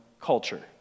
culture